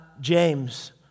James